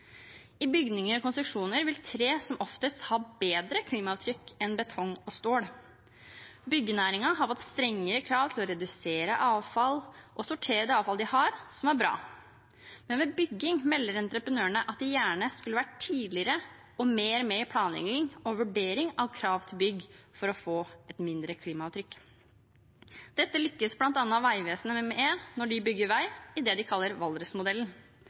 I bygninger og konstruksjoner vil tre som oftest ha bedre klimaavtrykk enn betong og stål. Byggenæringen har fått strengere krav om å redusere avfall og sortere det avfallet de har, noe som er bra, men ved bygging melder entreprenører at de gjerne skulle vært tidligere og mer med i planlegging og vurdering av krav til bygg for å få mindre klimaavtrykk. Dette lykkes bl.a. Statens vegvesen med når de bygger vei, i det de kaller Valdresmodellen.